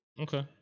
Okay